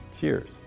Cheers